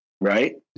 Right